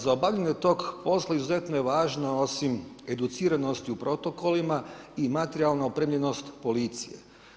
Za obavljanje tog posla izuzetno je važno, osim educiranosti u protokolima i materijalna opremljenost policije.